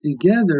together